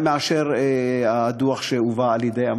מאשר הדוח שהובא על-ידי,